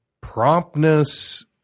promptness